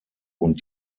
und